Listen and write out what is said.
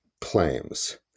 claims